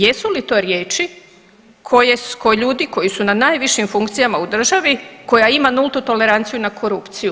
Jesu li to riječi koje ljudi koji su na najvišim funkcijama u državi, koja ima nultu toleranciju na korupciju?